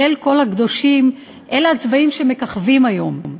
"ליל כל הקדושים" אלה הצבעים שמככבים היום: